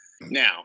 Now